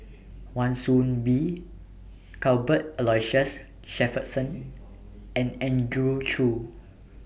Wan Soon Bee Cuthbert Aloysius Shepherdson and Andrew Chew